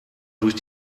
durch